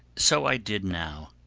so i did now.